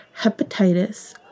hepatitis